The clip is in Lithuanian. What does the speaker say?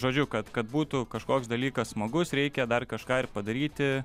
žodžiu kad kad būtų kažkoks dalykas smagus reikia dar kažką ir padaryti